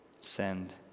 send